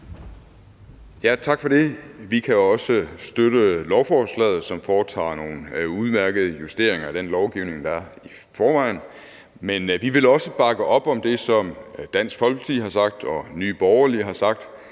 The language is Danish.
Tak for det. Vi kan også støtte lovforslaget, som foretager nogle udmærkede justeringer af den lovgivning, der er i forvejen. Men vi vil også bakke op om det, som Dansk Folkeparti har sagt og Nye Borgerlige har sagt,